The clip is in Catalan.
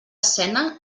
escena